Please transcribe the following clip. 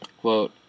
Quote